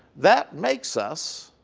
that makes us,